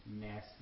nasty